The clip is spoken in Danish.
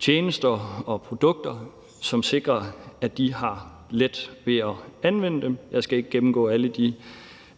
tjenester og produkter, som sikrer, at de har let ved at anvende dem. Jeg skal ikke gennemgå alle de